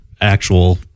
actual